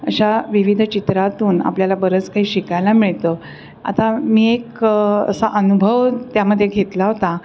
अशा विविध चित्रातून आपल्याला बरंच काही शिकायला मिळतं आता मी एक असा अनुभव त्यामध्ये घेतला होता